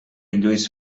lluís